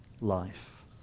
life